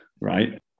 right